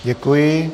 Děkuji.